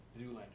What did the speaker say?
Zoolander